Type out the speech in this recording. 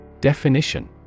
Definition